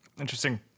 Interesting